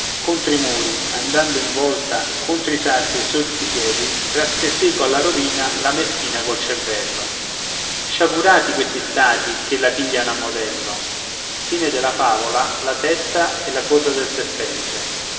contro i muri andando in volta contro i sassi e sotto i piedi trasse seco alla rovina la meschina col cervello sciagurati quegli stati che la pigliano a modello